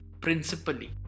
principally